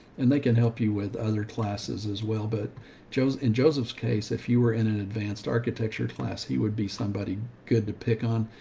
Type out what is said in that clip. and they can help you with other classes as well. but joe's, in joseph's case, if you were in an advanced architecture class, he would be somebody good to pick on.